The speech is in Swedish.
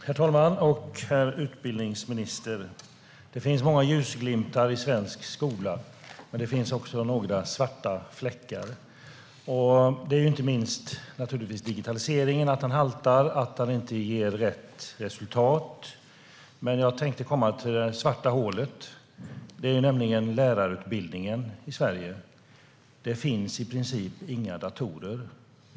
Herr talman! Herr utbildningsminister! Det finns många ljusglimtar i svensk skola, men det finns också några svarta fläckar. Inte minst haltar digitaliseringen. Den leder inte till rätt resultat. Men det svarta hålet är lärarutbildningen i Sverige. Det finns i princip inga datorer.